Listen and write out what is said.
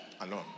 alone